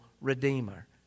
redeemer